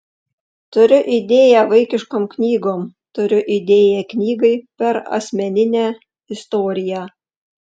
turiu idėją vaikiškom knygom turiu idėją knygai per asmeninę istoriją